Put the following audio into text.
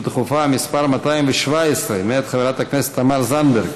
דחופה מס' 217 מאת חברת הכנסת תמר זנדברג,